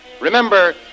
Remember